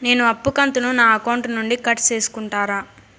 నేను అప్పు కంతును నా అకౌంట్ నుండి కట్ సేసుకుంటారా?